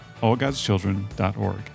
allgodschildren.org